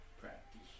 practice